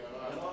וירד.